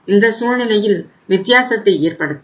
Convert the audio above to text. இந்த சூழ்நிலையில் வித்தியாசத்தை ஏற்படுத்தும்